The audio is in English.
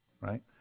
right